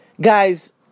Guys